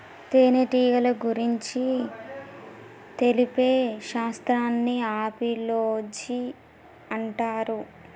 తేనెటీగల గురించి తెలిపే శాస్త్రాన్ని ఆపిలోజి అంటారు